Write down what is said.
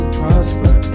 prosper